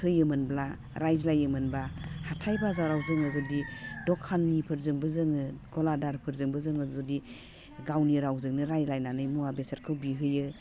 होयोमोनब्ला रायज्लायोमोनबा हाथाइ बाजाराव जोङो जुदि दखानिफोरजोंबो जोङो गलादारफोरजोंबो जोङो जुदि गावनि रावजोंनो रायलायनानै मुवा बेसादखौ बिहैयो